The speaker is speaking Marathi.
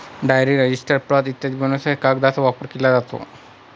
डायरी, रजिस्टर, प्रत इत्यादी बनवण्यासाठी कागदाचा वापर केला जातो